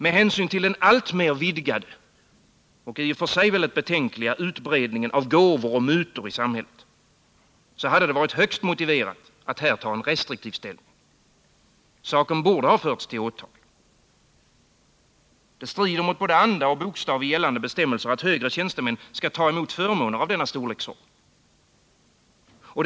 Med hänsyn till den alltmer vidgade och i och för sig betänkliga utbredningen av gåvor och mutor i samhället hade det varit högst motiverat att här ta en restriktiv ställning. Saken borde ha förts till åtal. Det strider mot både anda och bokstav i gällande bestämmelser att högre tjänstemän skall kunna ta emot förmåner av denna storleksordning.